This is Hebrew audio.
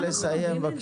תני לו לסיים.